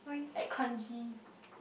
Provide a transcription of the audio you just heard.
at Kranji